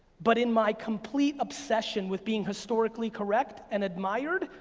but in my complete obsession with being historically correct and admired,